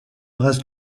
reste